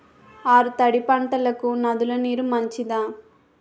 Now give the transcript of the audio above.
ఆరు తడి పంటలకు నదుల నీరు మంచిదా?